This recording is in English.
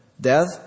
Death